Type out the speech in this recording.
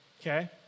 Okay